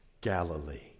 Galilee